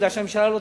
ב"מכון סאלד".